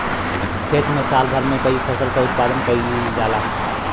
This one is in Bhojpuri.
खेत में साल भर में कई फसल क उत्पादन कईल जाला